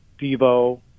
devo